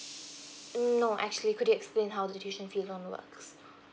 mm no actually could you explain how the tuition fee loan works